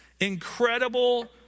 incredible